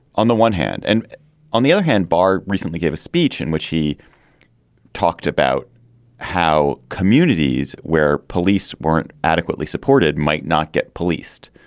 on the one hand, and on the other hand, barr recently gave a speech in which he talked about how communities where police weren't adequately supported might not get policed.